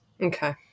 Okay